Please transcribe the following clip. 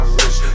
rich